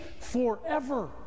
forever